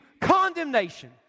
Condemnation